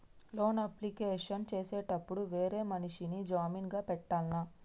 Loan application చేసేటప్పుడు వేరే మనిషిని జామీన్ గా పెట్టాల్నా?